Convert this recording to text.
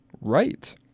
Right